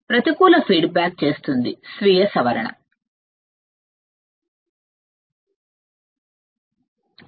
ప్రతికూల ఫీడ్బ్యాక్ స్వీయ సవరణ చేస్తుంది